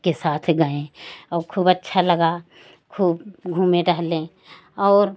के साथ गए और खूब अच्छा लगा खूब घूमें टहलें और